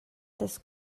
des